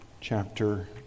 chapter